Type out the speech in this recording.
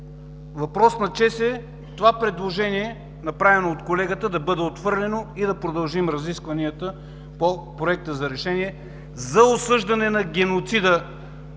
Въпрос на чест е предложението, направено от колегата, да бъде отхвърлено и да продължим разискванията по Проекта за решение за осъждане на геноцида